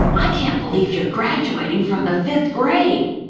i can't believe you're graduating from the fifth grade!